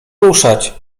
ruszać